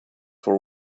for